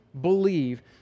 believe